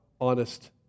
honest